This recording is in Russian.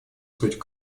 суть